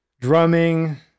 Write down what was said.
drumming